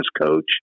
coach